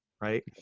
Right